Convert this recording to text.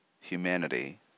humanity